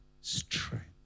strength